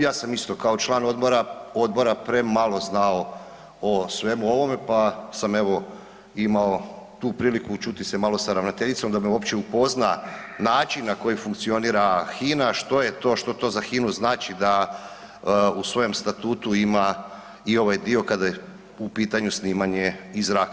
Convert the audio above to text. Ja sam isto kao član odbora premalo znao o svemu ovome, pa sam imao tu priliku čuti se malo sa ravnateljicom da me uopće upozna način na koji funkcionira HINA, što je to, što to za HINA-u znači da u svojem statutu ima i ovaj dio kada je u pitanju snimanje iz zraka.